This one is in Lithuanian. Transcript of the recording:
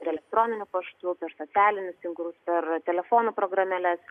ir elektroniniu paštu per socialinius tinklus ar telefonų programėles